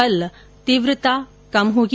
कल तीव्रता कम होगी